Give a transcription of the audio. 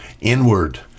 inward